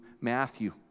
Matthew